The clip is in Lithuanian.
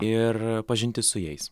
ir pažintis su jais